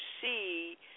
see